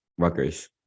Ruckers